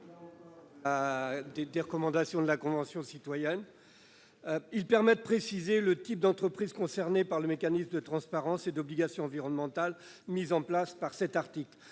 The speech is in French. d'une recommandation de la Convention citoyenne pour le climat, vise à préciser le type d'entreprises concernées par le mécanisme de transparence et d'obligations environnementales prévu par cet article.